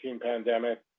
pandemic